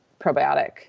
probiotic